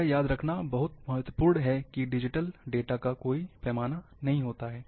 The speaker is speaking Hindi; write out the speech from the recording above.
यह याद रखना बहुत महत्वपूर्ण है कि डिजिटल डेटा का कोई पैमाना नहीं है